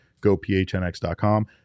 gophnx.com